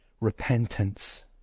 repentance